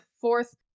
fourth